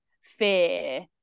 fear